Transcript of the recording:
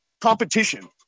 competition